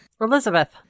Elizabeth